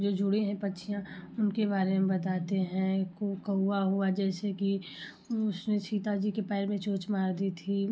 जो जुड़े हैं पक्षियां उनके बारे में बताते हैं को कौवा हुआ जैसे की सीता जी के पैर में चोंच मार दी थी